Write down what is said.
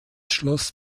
schloss